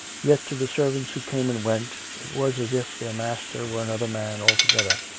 yet to the servants who came and went, it was as if their master were another man altogether,